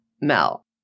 Mel